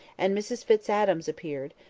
and mrs fitz adam appeared,